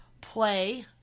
play